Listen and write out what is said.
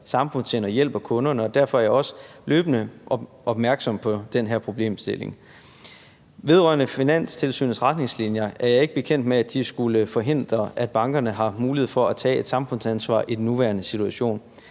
samfundssind og hjælper kunderne, og derfor er jeg også løbende opmærksom på den her problemstilling. Vedrørende Finanstilsynets retningslinjer er jeg ikke bekendt med, at de skulle forhindre, at bankerne har haft mulighed for at tage et samfundsansvar i den nuværende situation.